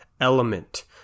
element